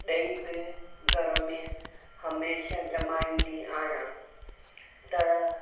ॾही बि घर में हमेशह ॼमाईंदी आहियां त